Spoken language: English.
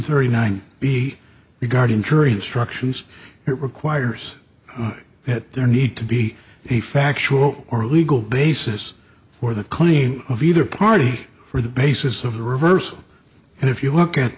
thirty nine the guardian jury instructions it requires that there need to be a factual or legal basis for the claim of either party for the basis of the reversal and if you look at